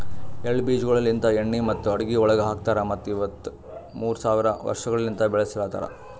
ಎಳ್ಳ ಬೀಜಗೊಳ್ ಲಿಂತ್ ಎಣ್ಣಿ ಮತ್ತ ಅಡುಗಿ ಒಳಗ್ ಹಾಕತಾರ್ ಮತ್ತ ಇವು ಮೂರ್ ಸಾವಿರ ವರ್ಷಗೊಳಲಿಂತ್ ಬೆಳುಸಲತಾರ್